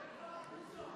גדעון.